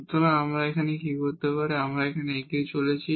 সুতরাং আমরা এখন কি করতে পারি তা একইভাবে এগিয়ে চলেছি